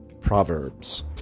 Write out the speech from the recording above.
Proverbs